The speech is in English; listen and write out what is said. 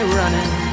running